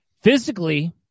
Physically